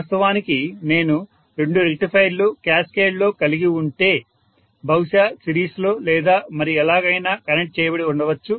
వాస్తవానికి నేను రెండు రెక్టిఫైయర్లు క్యాస్కేడ్ గా కలిగి ఉంటే బహుశా సిరీస్లో లేదా మరి ఎలాగైనా కనెక్ట్ చేయబడి ఉండవచ్చు